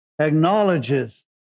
acknowledges